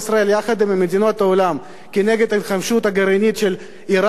יחד עם מדינות העולם כנגד ההתחמשות הגרעינית של אירן,